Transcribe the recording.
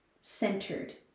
centered